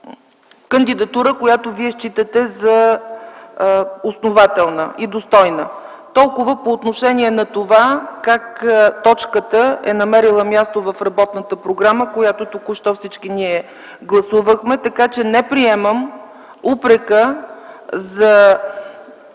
кандидатура, която считате за основателна и достойна. Толкова по отношение на това как точката е намерила място в работната програма, която току-що всички гласувахме. Не приемам упрека за